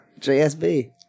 JSB